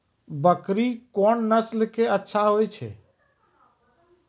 बकरी कोन नस्ल के अच्छा होय छै?